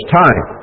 time